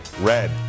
red